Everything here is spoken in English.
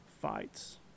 fights